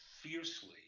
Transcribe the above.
fiercely